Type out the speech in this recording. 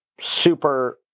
super